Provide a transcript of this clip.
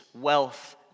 wealth